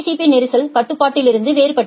B நெரிசல் கட்டுப்பாட்டிலிருந்து வேறுபட்டது